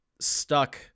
stuck